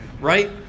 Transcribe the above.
right